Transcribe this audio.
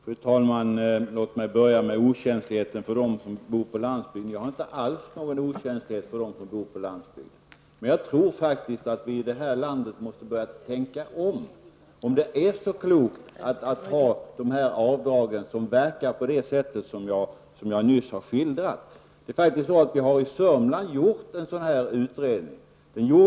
Fru talman! Låt mig börja med den påstådda okänsligheten gentemot dem som bor på landsbygden. Jag har inte alls visat någon okänslighet för dem som bor på landet. Men jag tror faktiskt att vi i det här landet måste börja fundera över om det verkligen är så klokt att ha dessa avdrag som verkar på det sätt som jag nyss har skildrat. Länsstyrelsen i Södermanland har gjort en utredning.